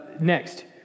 next